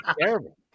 terrible